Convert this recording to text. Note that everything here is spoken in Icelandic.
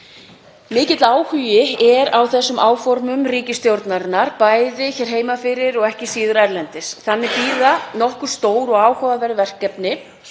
Mikill áhugi er á þessum áformum ríkisstjórnarinnar, bæði hér heima fyrir og ekki síður erlendis. Þannig bíða nokkur stór og áhugaverð erlend